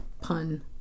pun